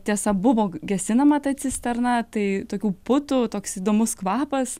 tiesa buvo gesinama ta cisterna tai tokių putų toks įdomus kvapas